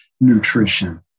Nutrition